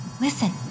Listen